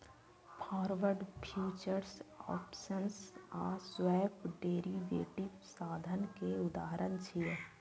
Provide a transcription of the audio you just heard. forward, futures, options आ swap derivative साधन के उदाहरण छियै